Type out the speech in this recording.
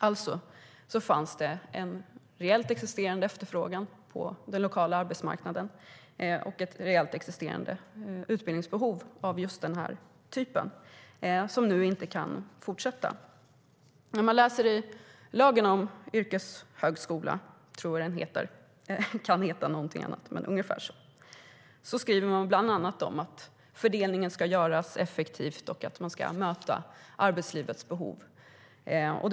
Alltså fanns en reellt existerande efterfrågan på den lokala arbetsmarknaden och ett reellt existerande behov av denna utbildning, som nu inte kan fortsätta. När man läser i lagen om yrkeshögskolan framgår bland annat att fördelningen ska göras effektivt och att arbetslivets behov ska mötas.